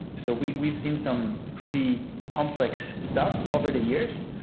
so we've we've seen some pretty complex stuff over the years.